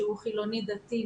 שהוא חילוני דתי,